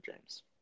James